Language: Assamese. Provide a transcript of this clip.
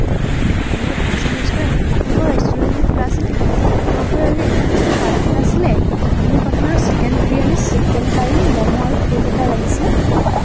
হেল্ল' ধোৱাচাং ৰেষ্টোৰেণ্ট আপোনালোকৰ ৰেষ্টোৰেণ্টখন খোলা আছেনে আমাৰ ঘৰত আজি এনিভাৰ্ছেৰি পাৰ্টি এটা আছিলে মোক আপোনাৰ chicken biryani chicken curry momo আৰু কেক এটা লাগিছিলে